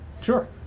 Sure